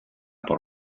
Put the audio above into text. por